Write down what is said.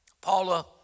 Paula